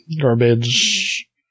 garbage